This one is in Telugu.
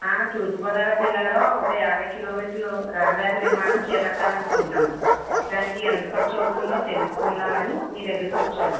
తూర్పు గోదావరి జిల్లాలో ఒక యాభై కిలోమీటర్లు రహదారి నిర్మాణం చేపట్టాలనుకుంటున్నాము దానికి ఎంత ఖర్చవుతుందో తెలుసుకుందామని మీ దగ్గరకొచ్చాను